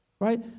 Right